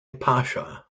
pasha